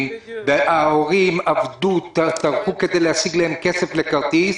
וההורים עבדו וטרחו כדי להשיג להם כסף לכרטיס,